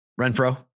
Renfro